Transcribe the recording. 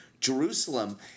Jerusalem